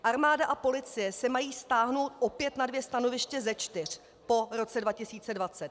Armáda a policie se mají stáhnout opět na dvě stanoviště ze čtyř po roce 2020.